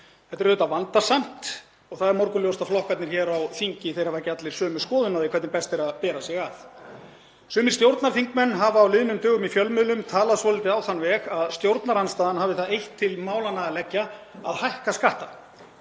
Þetta er auðvitað vandasamt og það er morgunljóst að flokkarnir hér á þingi hafa ekki allir sömu skoðun á því hvernig best er að bera sig að. Sumir stjórnarþingmenn hafa á liðnum dögum í fjölmiðlum talað svolítið á þann veg að stjórnarandstaðan hafi það eitt til málanna að leggja að hækka skatta.